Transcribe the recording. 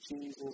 Jesus